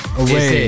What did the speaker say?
away